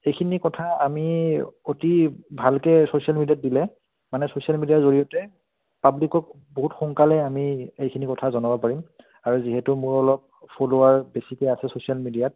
এইখিনি কথা আমি অতি ভালকৈ ছ'চিয়েল মিডিয়াত দিলে মানে ছ'চিয়েল মিডিয়াৰ জৰিয়তে পাব্লিকক বহুত সোনকালে আমি এইখিনি কথা জনাব পাৰিম আৰু যিহেতু মোৰ অলপ ফলৱাৰ বেছিকৈ আছে ছ'চিয়েল মিডিয়াত